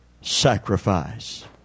sacrifice